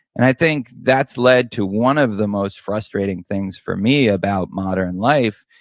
and i think that's led to one of the most frustrating things for me about modern life,